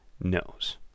knows